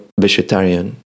vegetarian